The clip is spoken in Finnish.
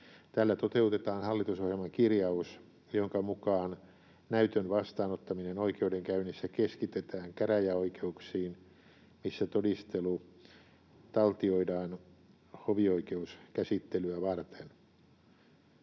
Tällä toteutetaan hallitusohjelman kirjaus, jonka mukaan näytön vastaanottaminen oikeudenkäynneissä keskitetään käräjäoikeuksiin, missä todistelu taltioidaan hovioikeuskäsittelyä varten.